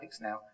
now